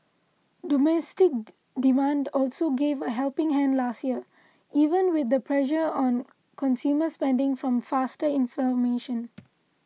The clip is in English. domestic demand also gave a helping hand last year even with the pressure on consumer spending from faster inflation